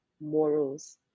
morals